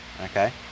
okay